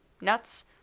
nuts